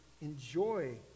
enjoy